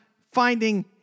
finding